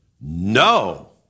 no